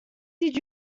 did